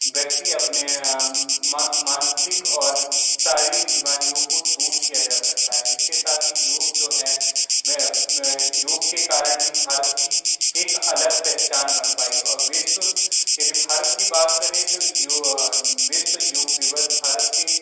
व्यक्ति अपने मानसिक और सारी बीमारियों को दूर किया जा सकता है इसके साथ ही योग जो है वह योग के कारण ही भारत की एक अलग पहचान बन पाई और विश्व यदि भारत की बात करें तो यो विश्व योग दिवस भारत के